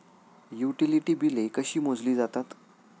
Utility बिले कशी मोजली जातात?